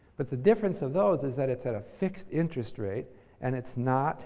but the difference of those is that it's at a fixed interest rate and it's not